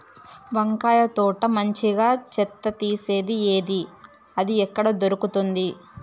వంకాయ తోట మంచిగా చెత్త తీసేది ఏది? అది ఎక్కడ దొరుకుతుంది?